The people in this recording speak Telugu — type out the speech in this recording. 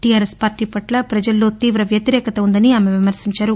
టీఆర్ఎస్ పార్టీ పట్ల పజల్లో తీవ వ్యతిరేకత ఉందని ఆమె విమర్శించారు